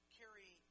carry